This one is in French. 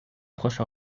proche